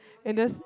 and just